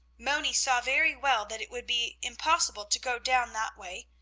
moni saw very well that it would be impossible to go down that way.